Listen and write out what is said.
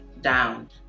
down